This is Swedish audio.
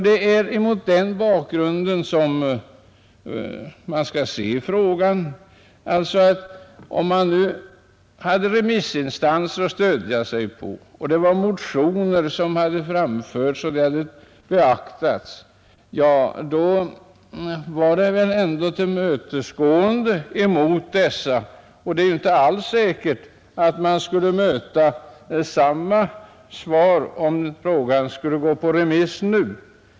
När beslutet fattades beaktade man alltså vad som anförts i remissyttranden och motioner, och då var det väl ändå ett tillmötesgående. Det är inte alls säkert att vi skulle få samma svar om frågan gick ut på remiss nu.